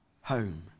Home